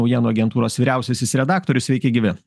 naujienų agentūros vyriausiasis redaktorius sveiki gyvi